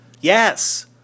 Yes